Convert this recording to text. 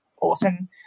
awesome